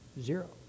Zero